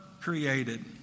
created